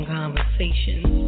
conversations